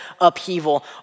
upheaval